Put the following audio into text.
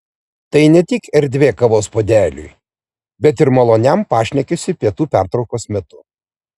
tai ne tik erdvė kavos puodeliui bet ir maloniam pašnekesiui pietų pertraukos metu